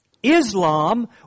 Islam